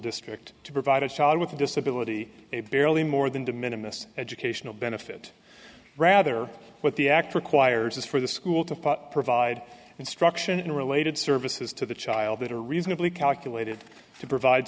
district to provide a child with a disability a barely more than de minimus educational benefit rather what the act requires is for the school to provide instruction related services to the child that are reasonably calculated to provide